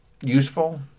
useful